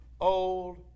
old